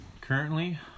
Currently